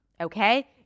okay